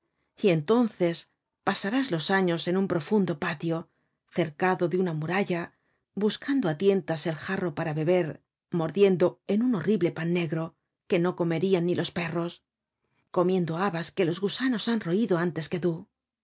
y entonces pasarás los años en un profundo patio cercado de una muralla buscando á tientas el jarro para beber mordiendo en un horrible pan negro que no comerian ni los perros comiendo habas que los gusanos han roido antes que tú